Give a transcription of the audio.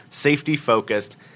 safety-focused